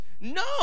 No